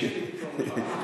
שלי, שלי תתרום לך.